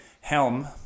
helm